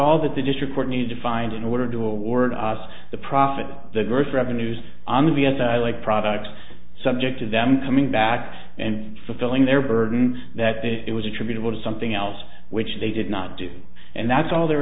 all that the district court need to find in order to award us the profit the gross revenues on vs like products subject to them coming back and fulfilling their burden that it was attributable to something else which they did not do and that's all there